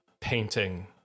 painting